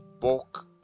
bulk